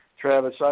Travis